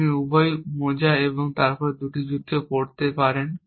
আপনি প্রথমে উভয় মোজা এবং তারপর দুটি জুতা পরতে পারেন